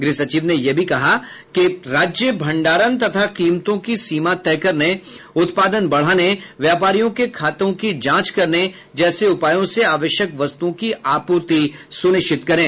गृह सचिव ने यह भी कहा कि राज्य भंडारण तथा कीमतों की सीमा तय करने उत्पादन बढ़ाने व्यापारियों के खातों की जांच करने जैसे उपायों से आवश्यक वस्तुओं की आपूर्ति सुनिश्चित करें